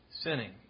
sinning